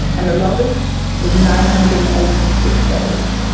and the longest was nine hundred and eighty six days.